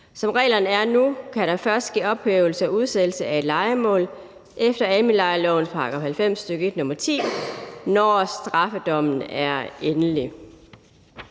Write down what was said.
Som reglerne er nu, kan der først ske ophævelse og udsættelse af et lejemål efter almenlejelovens § 90, stk. 1, nr. 10, når straffedommen er endelig.